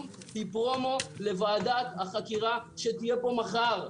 היא פרומו לוועדת החקירה שתהיה פה מחר.